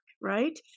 right